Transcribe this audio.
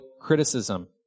criticism